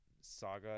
saga